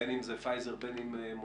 בין אם זה "פייזר", בין אם "מודרנה".